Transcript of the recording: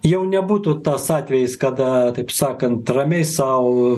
jau nebūtų tas atvejis kada taip sakant ramiai sau